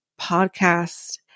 podcast